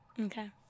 Okay